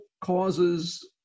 causes